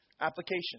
application